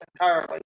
entirely